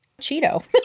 Cheeto